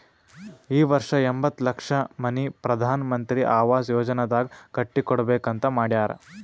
ಈ ವರ್ಷ ಎಂಬತ್ತ್ ಲಕ್ಷ ಮನಿ ಪ್ರಧಾನ್ ಮಂತ್ರಿ ಅವಾಸ್ ಯೋಜನಾನಾಗ್ ಕಟ್ಟಿ ಕೊಡ್ಬೇಕ ಅಂತ್ ಮಾಡ್ಯಾರ್